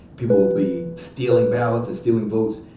people will be stealing ballots and stealing votes.